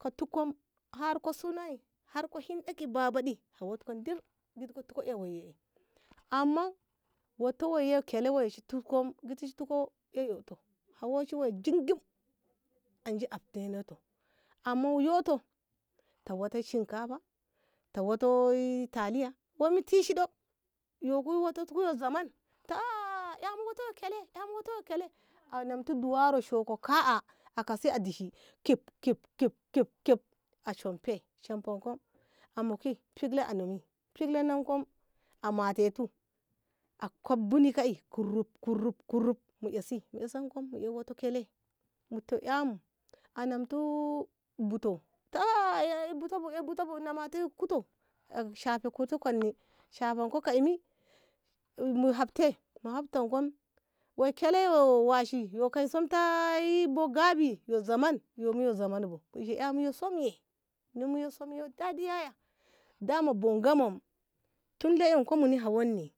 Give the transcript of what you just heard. ka tikwam har ka suna ey har ka hiɗo ka burbaɗi hawaɗko dil giti ka te waye amman wato menye kelle shi tikam gidi shi tika em wato hawaishi ro jingam anji abtenato amman yotum ta wato shinkafa tato talliye ey wato tishi ɗo yuku wato ti zamman ta a'a a'a amu wato ma kelle anamti duwaro shokkum ka a akase a dishi kip kip kip a shonfo shomfofi filan ko a matetu ako bintam kuruf kuruf mu esi mu isinko mu ey wato kele mute aemo amantu buto ta aa ey butabu butabu na mate kuto a shafe kuni kunni shafanka jko'imi ey mu hafte mu hafte wai kelle wo washi yo kaisonta yi bu gabi yo zaman yumu yo zaman bu mu ishe ey muye somme mimu ye somuye dadi yaya da mu bo Ngamo tun da eh ko muni hawonni